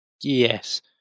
Yes